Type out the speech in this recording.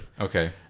Okay